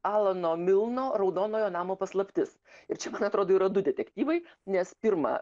alano milno raudonojo namo paslaptis ir čia man atrodo yra du detektyvai nes pirma